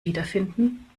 wiederfinden